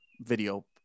video